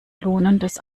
lohnendes